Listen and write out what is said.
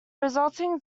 resulting